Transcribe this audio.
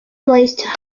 place